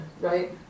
right